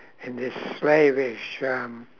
in this slavish um